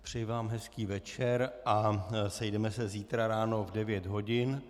Přeji vám hezký večer a sejdeme se zítra ráno v 9 hodin.